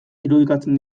irudikatzen